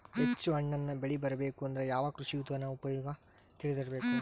ಹೆಚ್ಚು ಹಣ್ಣನ್ನ ಬೆಳಿ ಬರಬೇಕು ಅಂದ್ರ ಯಾವ ಕೃಷಿ ವಿಧಾನ ಉಪಯೋಗ ತಿಳಿದಿರಬೇಕು?